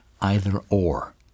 either-or